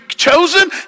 chosen